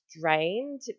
drained